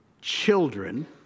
Children